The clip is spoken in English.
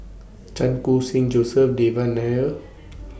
Chan Khun Sing Joseph Devan Nair